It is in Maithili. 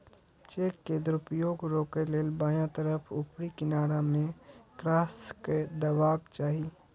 चेक के दुरुपयोग रोकै लेल बायां तरफ ऊपरी किनारा मे क्रास कैर देबाक चाही